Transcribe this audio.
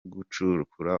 gucukura